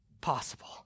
possible